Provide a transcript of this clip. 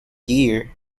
year